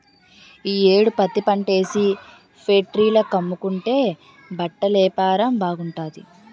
ఈ యేడు పత్తిపంటేసి ఫేట్రీల కమ్ముకుంటే బట్టలేపారం బాగుంటాది